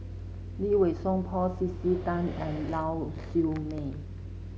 Lee Wei Song Paul C C Tan and Lau Siew Mei